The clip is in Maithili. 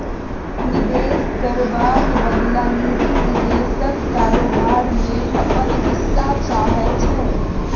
निबेश करबाक बदला निजी निबेशक कारोबार मे अपन हिस्सा चाहै छै